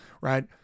right